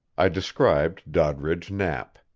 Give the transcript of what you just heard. i described doddridge knapp.